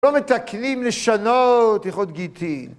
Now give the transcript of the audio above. לא מתקנים לשנות, הילכות גיטין